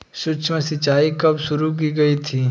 सूक्ष्म सिंचाई कब शुरू की गई थी?